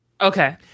Okay